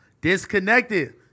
Disconnected